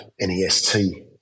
N-E-S-T